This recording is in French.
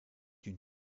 une